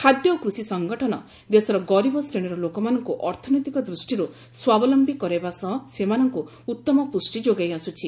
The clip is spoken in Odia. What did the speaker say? ଖାଦ୍ୟ ଓ କୂଷି ସଂଗଠନ ଦେଶର ଗରିବ ଶ୍ରେଣୀର ଲୋକମାନଙ୍କୁ ଅର୍ଥନୈତିକ ଦୃଷ୍ଟିରୁ ସ୍ୱାବଲମ୍ଭୀ କରାଇବା ସହ ସେମାନଙ୍କୁ ଉତ୍ତମ ପୁଷ୍ଟି ଯୋଗାଇ ଆସୁଛି